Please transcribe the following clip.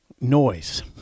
Noise